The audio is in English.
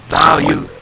value